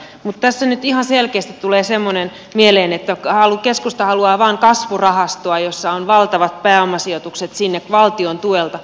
mutta tässä nyt ihan selkeästi tulee semmoinen mieleen että keskusta haluaa vain kasvurahastoa jossa on valtavat pääomasijoitukset sinne valtion tuelta